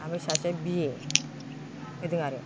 ओमफ्राय सासे बि ए होदों आरो